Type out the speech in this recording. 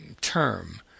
term